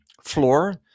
floor